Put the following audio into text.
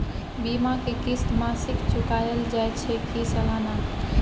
बीमा के किस्त मासिक चुकायल जाए छै की सालाना?